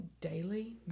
daily